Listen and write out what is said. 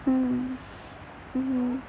mmhmm mmhmm